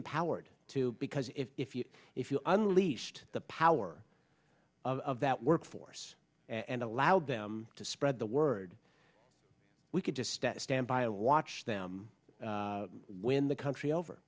empowered to because if you if you unleashed the power of that work force and allowed them to spread the word we could just stand by and watch them when the country over